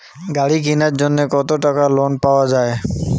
গাড়ি কিনার জন্যে কতো টাকা লোন পাওয়া য়ায়?